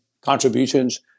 contributions